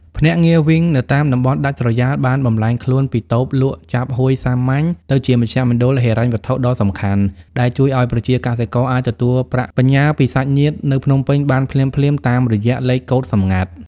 ភ្នាក់ងារ វីង នៅតាមតំបន់ដាច់ស្រយាលបានបំប្លែងខ្លួនពីតូបលក់ចាប់ហួយសាមញ្ញ ទៅជាមជ្ឈមណ្ឌលហិរញ្ញវត្ថុដ៏សំខាន់ ដែលជួយឱ្យប្រជាកសិករអាចទទួលប្រាក់បញ្ញើពីសាច់ញាតិនៅភ្នំពេញបានភ្លាមៗតាមរយៈលេខកូដសម្ងាត់។